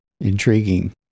intriguing